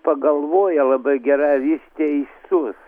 pagalvoja labai gerai ar jis teisus